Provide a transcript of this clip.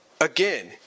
again